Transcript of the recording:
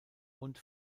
und